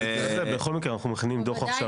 בכל מקרה אנחנו מכינים דוח עכשיו.